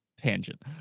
tangent